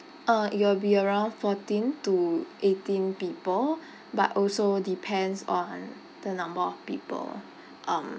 uh it will be around fourteen to eighteen people but also depends on the number of people um